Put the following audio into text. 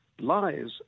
lies